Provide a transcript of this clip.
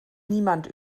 niemand